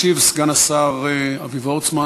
ישיב סגן השר אבי וורצמן.